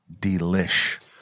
delish